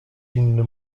inny